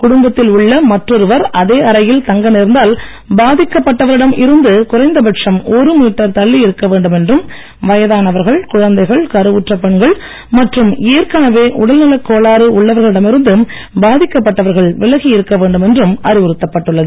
குடும்பத்தில் உள்ள மற்றொருவர் அதே அறையில் தங்க நேர்ந்தால் பாதிக்கப்பட்டவரிடம் இருந்து குறைந்த பட்சம் ஒரு மீட்டர் தள்ளியிருக்க வேண்டும் என்றும் வயதானவர்கள் குழந்தைகள் கருவுற்ற பெண்கள் மற்றும் ஏற்கனவே உடல்நலக் கோளாறு உள்ளவர்களிடம் இருந்து பாதிக்கப்பட்டவர்கள் விலகி இருக்க வேண்டும் என்றும் அறிவுறுத்தப்பட்டுள்ளது